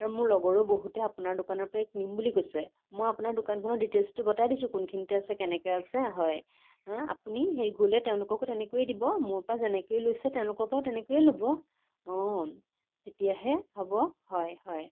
আৰু মোৰ লগৰো বহুতে আপোনাৰ দোকানৰ পৰাই কিনিম বুলি কৈছে মই আপোনাৰ দোকানখনৰ ডিটেইলছটো বটাই দিছো কোনখিনিতে আছে কেনেকৈ আছে হয় আপুনি হেৰি গ'লে তেওঁলোককো তেনেকৈয়ে দিব মোৰ পৰা যেনেকৈ লৈছে তেওঁলোকৰ পৰাও তেনেকৈয়ে ল'ব তেতিয়াহে হ'ব হয় হয়